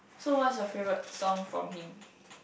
so what's your favourite song from him